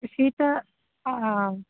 शीतम्